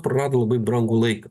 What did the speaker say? prarado labai brangų laiką